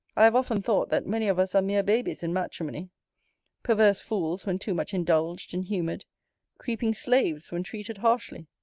i have often thought, that many of us are mere babies in matrimony perverse fools when too much indulged and humoured creeping slaves, when treated harshly.